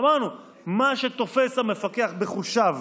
אמרנו: מה שתופס המפקח בחושיו,